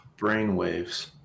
Brainwaves